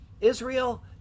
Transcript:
Israel